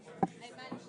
י"ב באדר התשפ"ג,